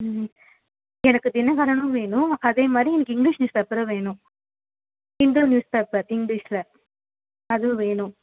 ம் எனக்கு தினகரனும் வேணும் அதேமாதிரி எனக்கு இங்கிலீஷ் நியூஸ் பேப்பரும் வேணும் ஹிண்டு நியூஸ் பேப்பர் இங்கிலீஷில் அதுவும் வேணும்